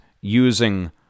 using